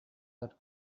are